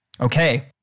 okay